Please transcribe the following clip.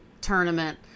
tournament